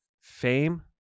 Fame